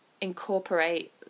incorporate